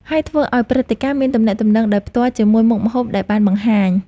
ហើយធ្វើឲ្យព្រឹត្តិការណ៍មានទំនាក់ទំនងដោយផ្ទាល់ជាមួយមុខម្ហូបដែលបានបង្ហាញ។